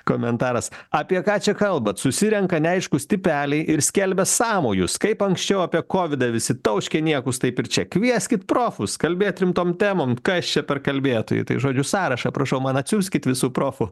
komentaras apie ką čia kalbat susirenka neaiškūs tipeliai ir skelbia sąmojus kaip anksčiau apie kovidą visi tauškė niekus taip ir čia kvieskit profus kalbėt rimtom temom kas čia per kalbėtojai tai žodžiu sąrašą prašau man atsiųskit visų profų